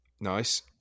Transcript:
Nice